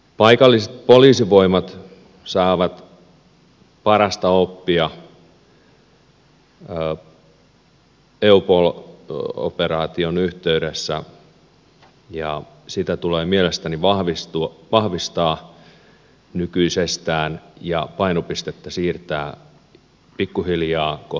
paikalliset poliisivoimat saavat parasta oppia eupol operaation yhteydessä ja sitä tulee mielestäni vahvistaa nykyisestään ja painopistettä siirtää pikkuhiljaa kohti siviilikriisinhallintaa